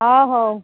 ହଉ ହଉ